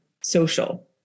social